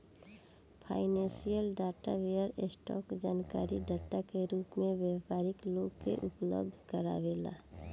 financial data vendor, stock जानकारी data के रूप में व्यापारी लोग के उपलब्ध कारावेला